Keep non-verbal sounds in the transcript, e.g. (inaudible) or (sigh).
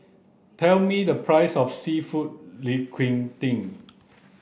tell me the price of Seafood (unintelligible)